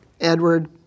Edward